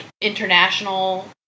international